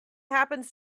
happens